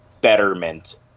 betterment